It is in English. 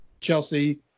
Chelsea